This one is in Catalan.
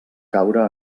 caure